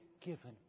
given